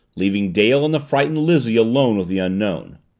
leaving dale and the frightened lizzie alone with the unknown.